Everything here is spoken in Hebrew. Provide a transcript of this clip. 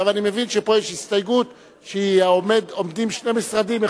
אני מבין שפה יש הסתייגות שעומדים שני משרדים,